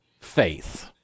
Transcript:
faith